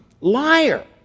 liar